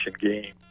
game